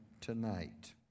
tonight